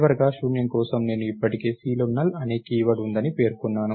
చివరగా శూన్యం కోసం నేను ఇప్పటికే C లో null అనే కీవర్డ్ ఉందని పేర్కొన్నాను